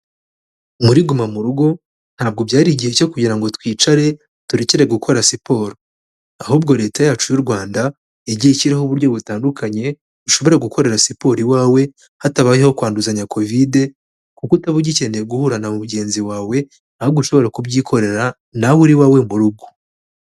Muri guma mugo ntabwo byari igihe cyo kugira ngo twicare turekere gukora siporo. Ahubwo Leta yacu y'u Rwanda, yagiye ishyiraho uburyo butandukanye, ushobora gukorera siporo iwawe, hatabayeho kwanduzanya kovide, kuko utaba ugikeneye guhura na mugenzi wawe, ahubwo ushobora kubyikorera nawe uri iwawe mu rugo.